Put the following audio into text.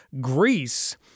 Greece